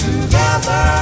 Together